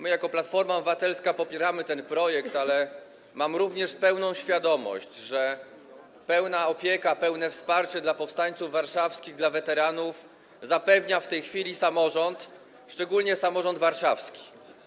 My jako Platforma Obywatelska popieramy ten projekt, ale mam również świadomość, że pełna opieka, pełne wsparcie dla powstańców warszawskich, dla weteranów zapewnia w tej chwili samorząd, szczególnie samorząd warszawski.